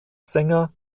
sänger